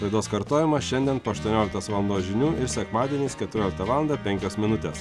laidos kartojimas šiandien po aštuonioliktos valandos žinių ir sekmadieniais keturioliktą valandą penkios minutės